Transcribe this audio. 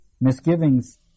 Misgivings